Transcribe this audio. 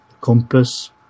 compass